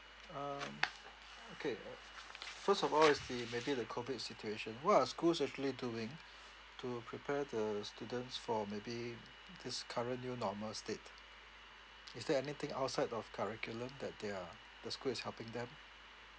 um okay first of all is the maybe the COVID situation what are schools actually doing to prepare the students for maybe this current new normal state is there anything outside of curriculum that they are the school is helping them